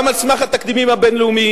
גם על סמך התקדימים הבין-לאומיים,